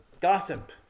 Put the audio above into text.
gossip